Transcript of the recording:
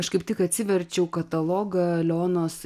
aš kaip tik atsiverčiau katalogą leonos